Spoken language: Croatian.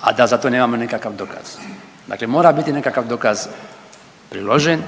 a da za to nemamo nikakav dokaz. Dakle, mora biti nekakav dokaz priložen,